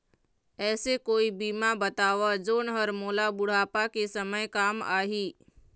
ऐसे कोई बीमा बताव जोन हर मोला बुढ़ापा के समय काम आही?